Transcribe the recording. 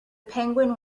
penguin